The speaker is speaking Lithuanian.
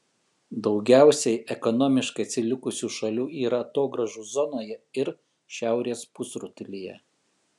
daugiausiai ekonomiškai atsilikusių šalių yra atogrąžų zonoje ir šiaurės pusrutulyje